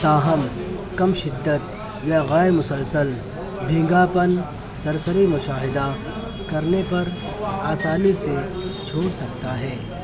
تاہم کم شدت یا غیرمسلسل بھینگا پن سرسری مشاہدہ کرنے پر آسانی سے چھوٹ سکتا ہے